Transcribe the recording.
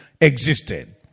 existed